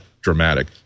dramatic